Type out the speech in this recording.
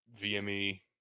VME